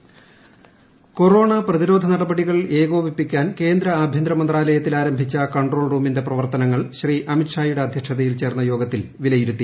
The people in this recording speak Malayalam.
അമിത്ഷാ കൊറോണ പ്രതിരോധ നടപടികൾ ഏകോപിപ്പിക്കാൻ കേന്ദ്ര ആഭ്യന്തരമന്ത്രാലയത്തിൽ ആരംഭിച്ച കൺട്രോൾ റൂമിന്റെ പ്രവർത്തനങ്ങൾ ശ്രീ അമിത് ഷാ യുടെ അദ്ധ്യക്ഷതയിൽ ചേർന്ന് യോഗത്തിൽ വിലയിരുത്തി